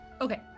Okay